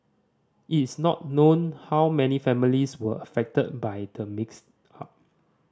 it is not known how many families were affected by the mix up